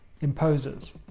imposes